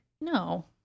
No